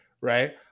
right